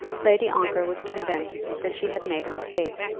lady ongar was convinced that she had made a mistake.